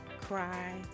cry